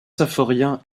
symphorien